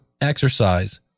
exercise